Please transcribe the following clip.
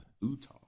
Utah